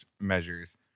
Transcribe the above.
measures